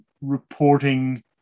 reporting